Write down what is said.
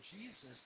Jesus